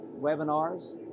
webinars